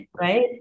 Right